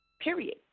period